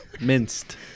Minced